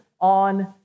on